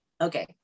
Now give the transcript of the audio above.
Okay